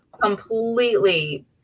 completely